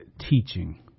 teaching